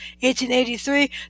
1883